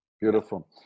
Beautiful